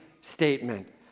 statement